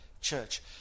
church